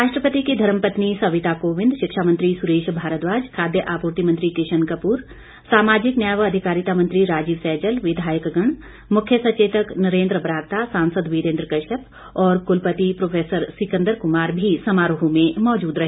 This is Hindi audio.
राष्ट्रपति की धर्मपत्नी सविता कोविंद शिक्षा मंत्री सुरेश भारद्वाज खाद्य आपूर्ति मंत्री किशन कपूर सामाजिक न्याय व अधिकारिता मंत्री राजीव सैजल विधायकगण मुख्य सचेतक नरेन्द्र बरागटा सांसद वीरेन्द्र कश्यप और कुलपति प्रो सिकन्दर कुमार भी समारोह में मौजूद रहे